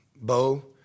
Bo